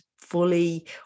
fully